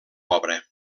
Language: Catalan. obra